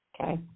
Okay